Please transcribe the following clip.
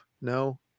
no